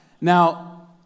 Now